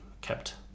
kept